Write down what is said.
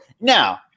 now